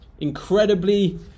incredibly